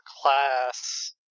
class